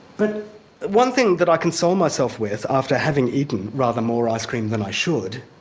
but one thing that i console myself with, after having eaten rather more ice cream than i should,